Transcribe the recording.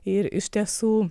ir iš tiesų